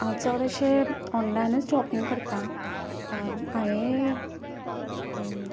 हांव चडशें ऑनलायनच शॉपींग करता हांवें